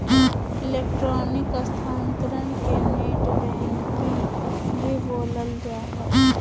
electronic स्थानान्तरण के net banking भी बोलल जा हइ